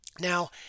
Now